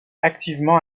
activement